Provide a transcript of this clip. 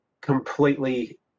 completely